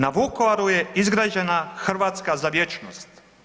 Na Vukovaru je izgrađena Hrvatska za vječnost.